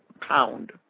pound